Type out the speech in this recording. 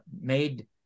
made